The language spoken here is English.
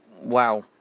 Wow